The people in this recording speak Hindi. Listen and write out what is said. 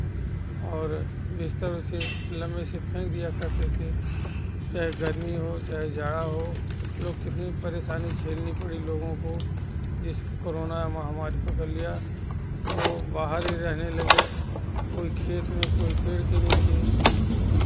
और बिस्तर उसे लंबे से फेंक दिया करते थे चाहे गर्मी हो चाहे जाड़ा हो लोग कितनी भी परेशानी झेलनी पड़ी लोगों को जैसे कोरोना महामारी पकड़ लिया तो बाहर ही रहने लगे कोई खेत में कोई पेड़ के नीचे